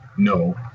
no